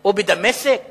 או בדמשק